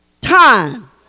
time